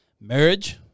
Marriage